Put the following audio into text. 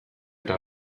eta